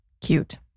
Cute